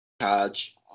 charge